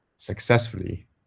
Successfully